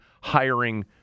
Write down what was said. hiring